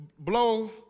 Blow